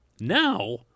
Now